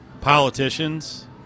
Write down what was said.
politicians